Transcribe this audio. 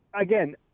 again